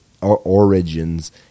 Origins